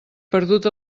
perdut